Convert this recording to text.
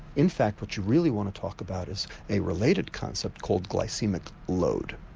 in fact what you really want to talk about is a related concept called glycaemic load.